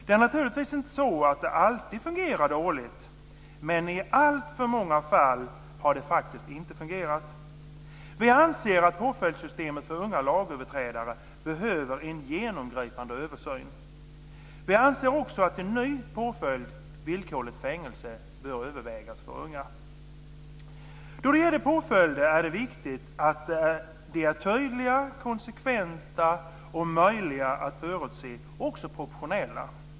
Det är naturligtvis inte så att det alltid fungerar dåligt, men i alltför många fall har det faktiskt inte fungerat. Vi anser att påföljdssystemet för unga lagöverträdare behöver en genomgripande översyn. Vi anser också att en ny påföljd, villkorligt fängelse, bör övervägas för unga. Då det gäller påföljder är det viktigt att de är tydliga, konsekventa, möjliga att förutse och också proportionella.